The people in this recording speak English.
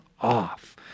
off